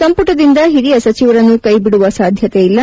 ಸಂಪುಟದಿಂದ ಹಿರಿಯ ಸಚಿವರನ್ನು ಕೈಬಿಡುವ ಸಾಧ್ಯತೆಯಿಲ್ಲ